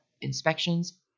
Inspections